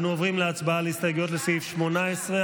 אנו עוברים להצבעה על ההסתייגויות לסעיף 18,